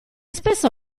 spesso